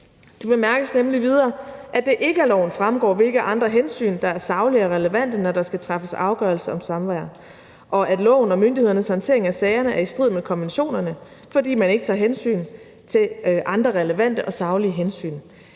Det bemærkes nemlig videre, at det ikke af loven fremgår, hvilke andre hensyn der er saglige og relevante, når der skal træffes afgørelse om samvær, og at loven og myndighedernes håndtering af sagerne er i strid med konventionerne, fordi man ikke tager hensyn til andre relevante og saglige hensyn.